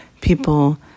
people